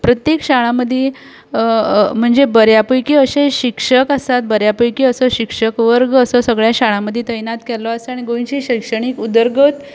प्रत्येक शाळा मदीं म्हणजे बऱ्या पैकी अशे शिक्षक आसा बऱ्या पैकी असो शिक्षक वर्ग असो सगळ्या शाळा मदीं तयनात केल्लो आसा आनी गोंयची शैक्षणीक उदरगत